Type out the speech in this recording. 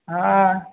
हां